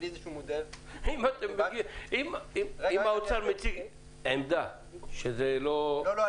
בלי מודל --- אם האוצר מציג עמדה שזה לא --- לא,